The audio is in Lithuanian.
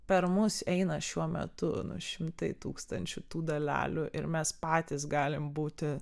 per mus eina šiuo metu šimtai tūkstančių tų dalelių ir mes patys galim būti